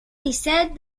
disset